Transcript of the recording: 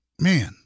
man